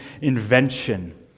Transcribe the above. invention